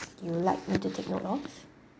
you like me to take note of